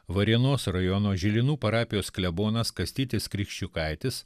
varėnos rajono žilinų parapijos klebonas kastytis krikščiukaitis